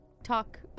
Talk